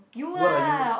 what are you